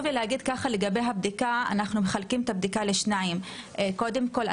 לי להגיד שאנחנו מחלקים את הבדיקה לשניים: קודם כול,